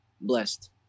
Blessed